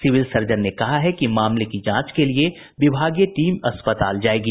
civil surgeon ने कहा है कि मामले की जांच के लिए विभागीय टीम अस्पताल जायेगी